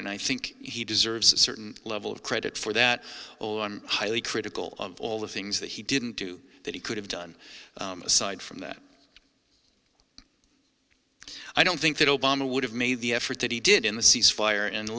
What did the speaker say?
and i think he deserves a certain level of credit for that highly critical of all the things that he didn't do that he could have done aside from that i don't think that obama would have made the effort that he did in the ceasefire and